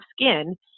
skin